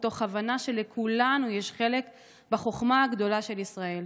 מתוך הבנה שלכולנו יש חלק בחוכמה הגדולה של ישראל.